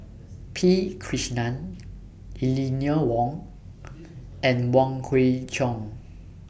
P Krishnan Eleanor Wong and Wong Kwei Cheong